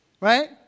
right